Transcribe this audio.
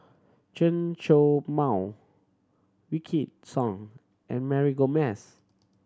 Chen Show Mao Wykidd Song and Mary Gomes